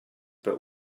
but